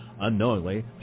Unknowingly